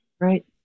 right